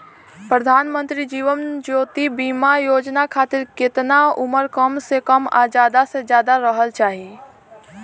प्रधानमंत्री जीवन ज्योती बीमा योजना खातिर केतना उम्र कम से कम आ ज्यादा से ज्यादा रहल चाहि?